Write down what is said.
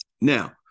Now